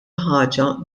ħaġa